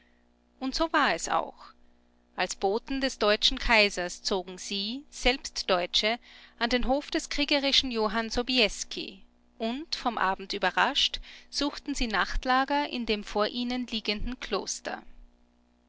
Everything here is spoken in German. und so war es auch als boten des deutschen kaisers zogen sie selbst deutsche an den hof des kriegerischen johann sobiesky und vom abend überrascht suchten sie nachtlager in dem vor ihnen liegenden kloster